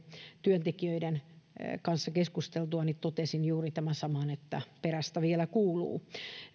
työntekijöiden kanssa keskusteltuani totesin juuri tämän saman että perästä vielä kuuluu